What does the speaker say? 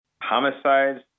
Homicides